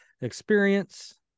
experience